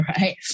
right